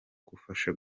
kugufasha